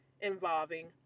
involving